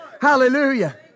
Hallelujah